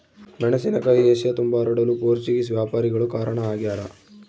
ಮೆಣಸಿನಕಾಯಿ ಏಷ್ಯತುಂಬಾ ಹರಡಲು ಪೋರ್ಚುಗೀಸ್ ವ್ಯಾಪಾರಿಗಳು ಕಾರಣ ಆಗ್ಯಾರ